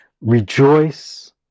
rejoice